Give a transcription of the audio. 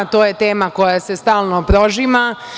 To je tema koja se stalno prožima.